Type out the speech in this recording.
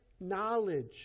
knowledge